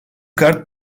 kart